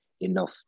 enough